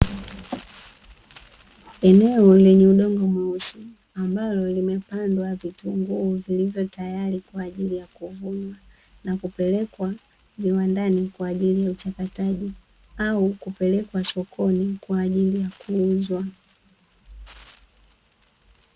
Eneo lenye udongo mweusi, ambalo limepandwa vitunguu, vilivyotayari kwa ajili ya kuanua na kupelekwa viwandani kwa ajili ya uchakataji au kupelekwa sokoni, kwa ajili ya kuuzwa.